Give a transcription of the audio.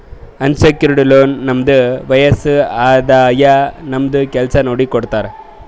unsecured loan ನಮ್ದು ವಯಸ್ಸ್, ಆದಾಯ, ನಮ್ದು ಕೆಲ್ಸಾ ನೋಡಿ ಕೊಡ್ತಾರ್